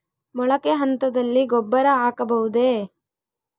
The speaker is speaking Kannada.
ಮೊಳಕೆ ಹಂತದಲ್ಲಿ ಗೊಬ್ಬರ ಹಾಕಬಹುದೇ?